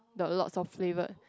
the lots of flavour